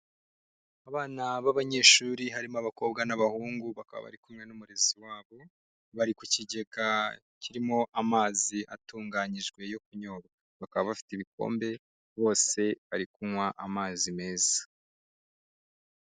Abana b'abanyeshuri harimo abakobwa n'abahungu bakaba bari kumwe n'umurezi wabo, bari ku kigega kirimo amazi atunganyijwe yo kunyobwa bakaba bafite ibikombe bose bari kunywa amazi meza.